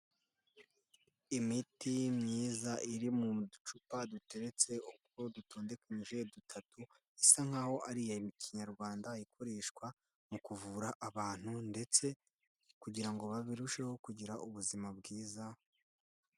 Imiti myiza iri mu ducupa duteretse uko dutondekanyije dutatu isa nk'aho ari iya kinyarwanda ikoreshwa mu kuvura abantu ndetse kugira ngo babirusheho kugira ubuzima bwiza.